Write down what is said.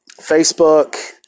Facebook